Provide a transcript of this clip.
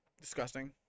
disgusting